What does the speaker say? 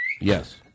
Yes